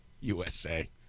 USA